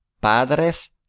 Padres